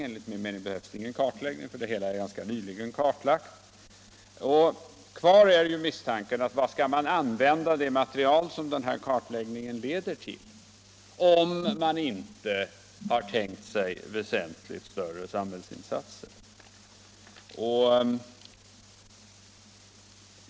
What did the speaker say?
Enligt min mening behövs det ingen kartläggning, för det hela är ganska nyligen kartlagt. Kvar finns ju misstanken: Till vad skall man använda det material kartläggningen ger, om man inte har tänkt sig väsentligt större samhällsinsatser?